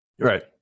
right